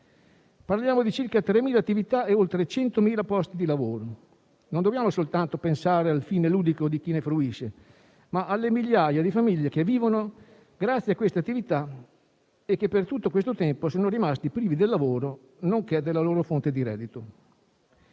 Parliamo di circa 3.000 attività e oltre 100.000 posti di lavoro e dunque non dobbiamo soltanto pensare al fine ludico di chi ne fruisce, ma alle migliaia di famiglie che vivono grazie a queste attività e che per tutto questo tempo sono rimaste prive di lavoro, nonché della loro fonte di reddito.